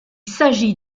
s’agit